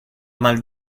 mal